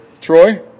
Troy